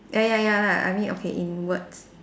ya ya ya lah I mean okay in words